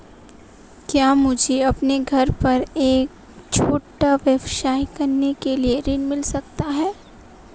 क्या मुझे अपने घर पर एक छोटा व्यवसाय खोलने के लिए ऋण मिल सकता है?